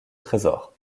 trésor